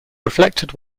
reflected